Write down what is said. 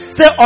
Say